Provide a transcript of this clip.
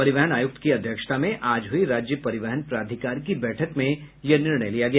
परिवहन आयुक्त की अध्यक्षता में आज हुई राज्य परिवहन प्राधिकार की बैठक में यह निर्णय लिया गया